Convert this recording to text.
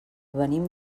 venim